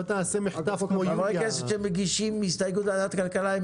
חברי כנסת שמגישי הסתייגויות לוועדת הכלכלה,